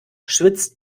schwitzt